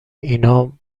اینا